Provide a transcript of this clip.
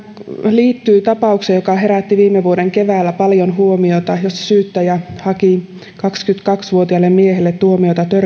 liittyy tapaukseen joka herätti viime vuoden keväällä paljon huomiota jossa syyttäjä haki kaksikymmentäkaksi vuotiaalle miehelle tuomiota